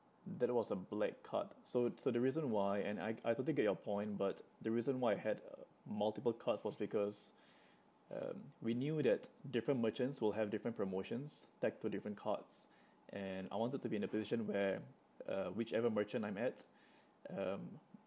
that was a black card so so the reason why and I I totally get your point but the reason why I had multiple cards was because um we knew that different merchants will have different promotions tagged to different cards and I wanted to be in the position where uh whichever merchant I'm at um